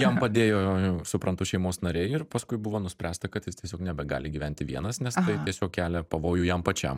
jam padėjo suprantu šeimos nariai ir paskui buvo nuspręsta kad jis tiesiog nebegali gyventi vienas nes tai tiesiog kelia pavojų jam pačiam